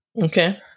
Okay